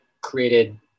created